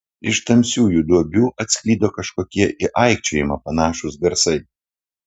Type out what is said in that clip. iš tamsiųjų duobių atsklido kažkokie į aikčiojimą panašūs garsai